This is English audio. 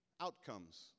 outcomes